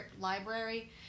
library